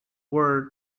world